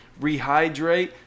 Rehydrate